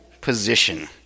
position